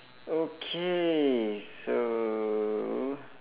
okay so